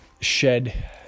shed